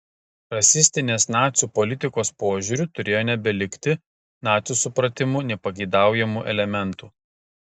rasistinės nacių politikos požiūriu turėjo nebelikti nacių supratimu nepageidaujamų elementų